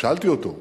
שאלתי אותו,